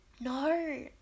No